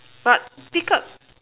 but pick up